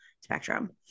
spectrum